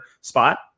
spot